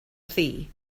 thi